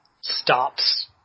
stops